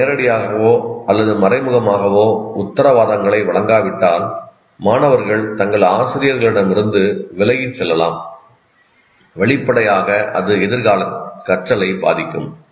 அவர்கள் நேரடியாகவோ அல்லது மறைமுகமாகவோ உத்தரவாதங்களை வழங்காவிட்டால் மாணவர்கள் தங்கள் ஆசிரியர்களிடமிருந்து விலகிச் செல்லலாம் வெளிப்படையாக அது எதிர்கால கற்றலை பாதிக்கும்